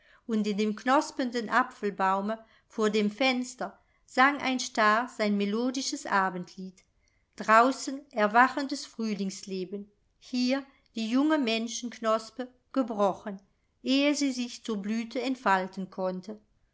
und in dem knospenden apfelbaume vor dem fenster sang ein star sein melodisches abendlied draußen erwachendes frühlingsleben hier die junge menschenknospe gebrochen ehe sie sich zur blüte entfalten konnte